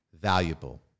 valuable